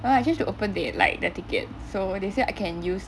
well I change to open date like the tickets so they say I can use